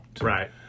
right